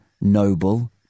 Noble